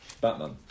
Batman